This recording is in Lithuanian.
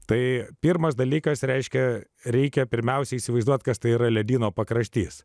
tai pirmas dalykas reiškia reikia pirmiausia įsivaizduoti kas tai yra ledyno pakraštys